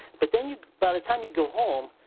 but then you by the time you go home,